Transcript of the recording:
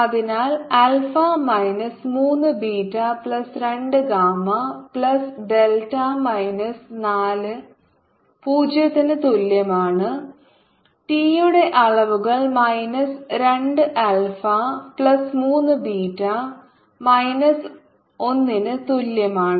അതിനാൽ alpha minus 3 beta plus 2 gamma plus delta minus 4 0 ന് തുല്യമാണ് α 3β2γδ 40 ടി യുടെ അളവുകൾ minus 2 alpha plus 3 beta minus 1 ന് തുല്യമാണ്